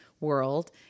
world